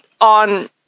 on